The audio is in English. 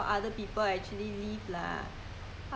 yeah that's why let them know that how to compare